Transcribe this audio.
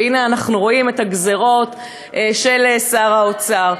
והנה אנחנו רואים את הגזירות של שר האוצר.